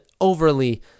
overly